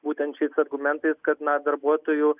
būtent šiais argumentais kad na darbuotojų